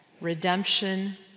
redemption